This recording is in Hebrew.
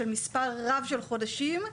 של מספר רב של חודשים.